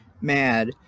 mad